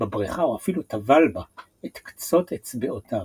בברכה או אפלו טבל בה את קצות אצבעותיו.